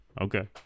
okay